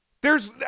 theres